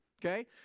okay